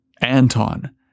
Anton